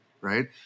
right